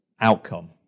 outcome